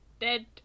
dead